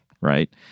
right